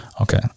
Okay